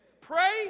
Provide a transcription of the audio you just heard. Pray